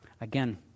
Again